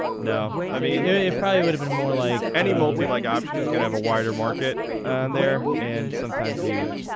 now i mean it probably would've been more like any multi leg like option is gonna have a wider market. on there and sometimes you.